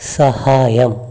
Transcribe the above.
സഹായം